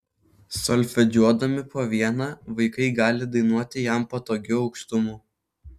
solfedžiuodami po vieną vaikai gali dainuoti jam patogiu aukštumu